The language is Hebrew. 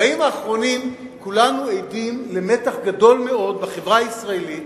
בימים האחרונים כולנו עדים למתח גדול מאוד בחברה הישראלית